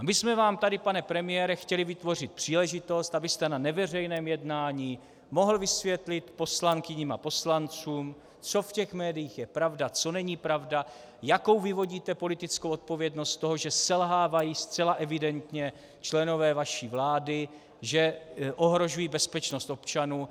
My jsme vám tady, pane premiére, chtěli vytvořit příležitost, abyste na neveřejném jednání mohl vysvětlit poslankyním a poslancům, co v těch médiích je pravda, co není pravda, jakou vyvodíte politickou odpovědnost z toho, že selhávají zcela evidentně členové vaší vlády, že ohrožují bezpečnost občanů.